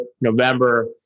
November